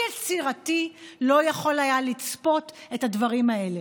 יצירתי לא יכול היה לצפות את הדברים האלה.